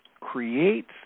creates